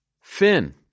Finn